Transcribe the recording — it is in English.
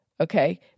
Okay